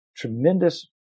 Tremendous